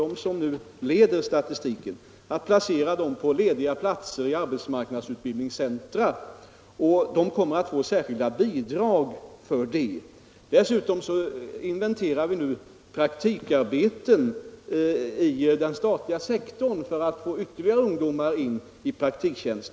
Vi skall försöka placera dem på lediga platser i arbetsmarknadsutbildningscentra, och de kommer att få särskilda bidrag. Dessutom inventerar vi nu praktikarbeten inom den statliga sektorn för att få ytterligare ungdomar in i praktiktjänst.